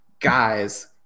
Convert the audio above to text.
guys